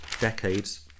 decades